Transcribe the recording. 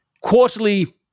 quarterly